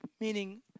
meaning